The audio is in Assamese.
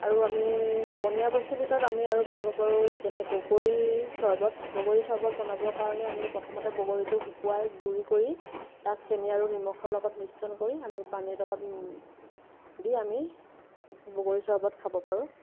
আৰু আমি পনীয়া বস্তুৰ ভিতৰত আমি আৰু বনাব পাৰো যেনে বগৰীৰ চৰ্বত বগৰীৰ চৰ্বত বনাব কাৰণে আমি প্ৰথমতে বগৰীটো শুকুৱাই গুৰি কৰি তাক চেনি আৰু নিমখৰ লগত মিশ্ৰণ কৰি আমি পানীৰ লগত দি আমি বগৰীৰ চৰ্বত খাব পাৰোঁ